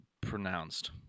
pronounced